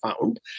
found